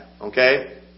okay